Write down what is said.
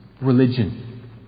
religion